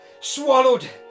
swallowed